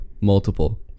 multiple